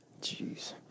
Jeez